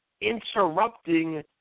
interrupting